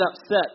upset